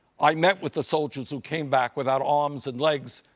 i met with the soldiers who came back without arms and legs,